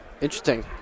Interesting